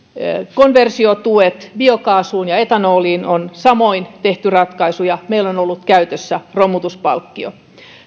konversiotuista biokaasuun ja etanoliin on samoin tehty ratkaisuja meillä on ollut käytössä romutuspalkkio